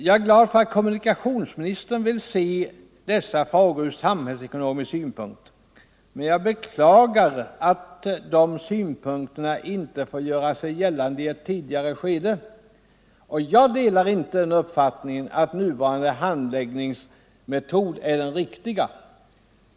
Jag är glad över att kommunikationsministern vill se dessa frågor från samhällsekonomisk synpunkt, men jag beklagar att de synpunkterna inte har fått göra sig gällande i ett tidigare skede. Och jag delar inte uppfattningen att nuvarande handläggningsmetod är den riktiga.